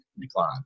decline